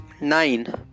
nine